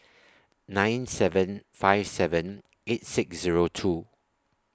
nine seven five seven eight six Zero two